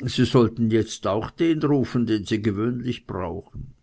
sie sollen jetzt auch den rufen den sie gewöhnlich brauchen